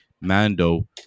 Mando